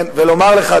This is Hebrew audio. ולומר לך,